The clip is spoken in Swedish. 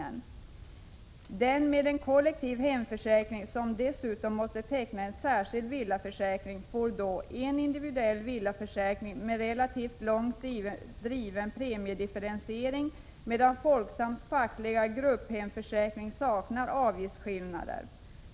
Den som har en kollektiv hemförsäkring och dessutom måste teckna en särskild villaförsäkring får då en individuell villaförsäkring med relativt långt driven premiedifferentiering, medan Folksams fackliga grupphemförsäkring saknar avgiftsskillnader.